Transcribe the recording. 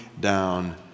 down